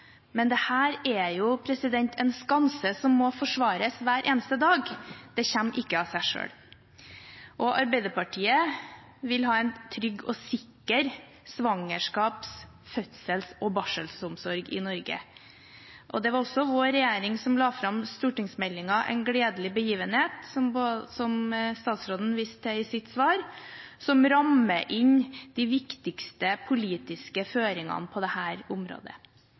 men dette er en skanse som må forsvares hver eneste dag. Det kommer ikke av seg selv. Arbeiderpartiet vil ha en trygg og sikker svangerskaps-, fødsels- og barselomsorg i Norge, og det var også vår regjering som la fram stortingsmeldingen En gledelig begivenhet, som statsråden viste til i svaret sitt, som rammer inn de viktigste politiske føringene på dette området.